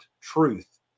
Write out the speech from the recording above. truth